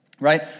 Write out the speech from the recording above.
Right